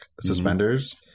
Suspenders